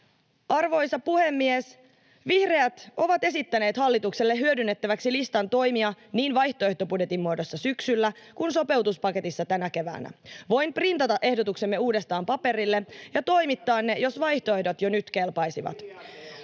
Arvoisa puhemies! Vihreät ovat esittäneet hallitukselle hyödynnettäväksi listan toimia niin vaihtoehtobudjetin muodossa syksyllä kuin sopeutuspaketissa tänä keväänä. Voin printata ehdotuksemme uudestaan paperille ja toimittaa ne, jos vaihtoehdot jo nyt kelpaisivat.